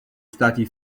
stati